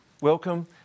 welcome